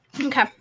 Okay